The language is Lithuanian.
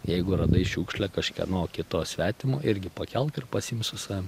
jeigu radai šiukšlę kažkieno kito svetimo irgi pakelk ir pasiimk su savim